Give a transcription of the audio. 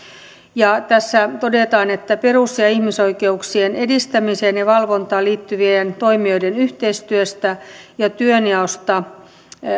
ja tässä todetaan perus ja ihmisoikeuksien edistämiseen ja valvontaan liittyvien toimijoiden yhteistyöstä ja työnjaosta että